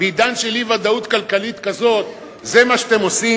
בעידן של אי-ודאות כלכלית כזאת זה מה שאתם עושים?